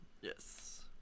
yes